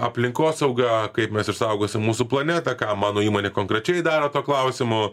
aplinkosauga kaip mes išsaugosim mūsų planetą ką mano įmonė konkrečiai daro tuo klausimu